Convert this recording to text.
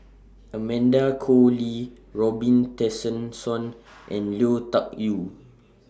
Amanda Koe Lee Robin Tessensohn and Lui Tuck Yew